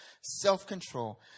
self-control